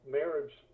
marriage